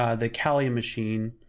um the kali machine,